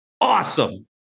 Awesome